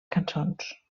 cançons